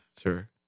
Sure